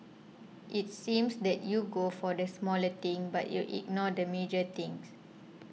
it seems that you go for the smaller thing but you ignore the major things